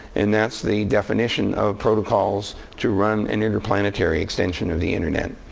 and that's the definition of protocols to run an interplanetary extension of the internet.